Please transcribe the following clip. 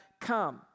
come